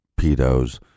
pedos